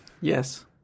Yes